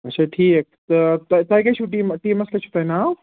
اَچھا ٹھیٖک تہٕ تۄہہِ تۄہہِ کیٛاہ چھُو ٹیٖم ٹیٖمَس کیٛاہ چھُو تۄہہِ ناو